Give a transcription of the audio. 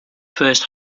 first